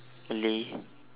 malay